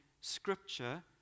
Scripture